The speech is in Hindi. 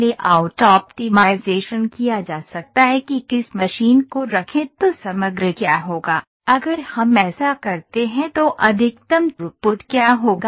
लेआउट ऑप्टिमाइज़ेशन किया जा सकता है कि किस मशीन को रखें तो समग्र क्या होगा अगर हम ऐसा करते हैं तो अधिकतम थ्रूपुट क्या होगा